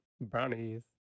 brownies